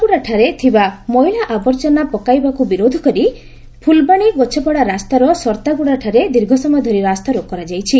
ଗୁଠାଠାରେ ମଇଳା ଆବର୍ଜନା ପକାଇବାକୁ ବିରୋଧ କରି ଫୁଲବାଣୀ ଗୋଛାପନା ରାସ୍ତାର ସର୍ତ୍ତାଗୁଡ଼ାଠାରେ ଦୀର୍ଘ ସମୟ ଧରି ରାସ୍ତାରୋକୋ କରାଯାଇଛି